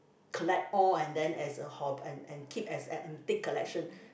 collect all and then as a hobb~ and and keep as antique collection